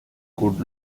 could